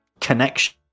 connection